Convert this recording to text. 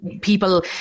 people